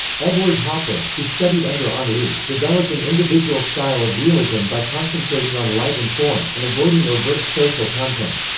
edward hopper, who studied under henri, developed an individual style of realism by concentrating on light and form, and avoiding overt social content.